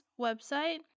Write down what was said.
website